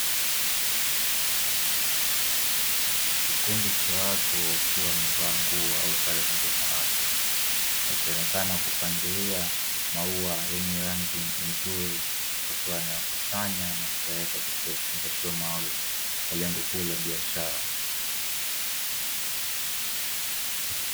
Kikundi cha watu wakiwa wamevaa nguo au sare zinazofanana, wakionekana kupangilia maua yenye rangi nzuri, wakiwa wanayakusanya na kuyaweka katika vifungashio maalumu, kwa lengo kuu la biashara.